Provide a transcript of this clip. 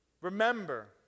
Remember